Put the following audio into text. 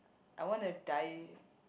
I wanna die